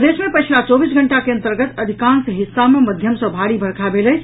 प्रदेश मे पछिला चौबीस घंटा के अंतर्गत अधिकांश हिस्सा मे मध्यम सँ भारी वर्षा भेल अछि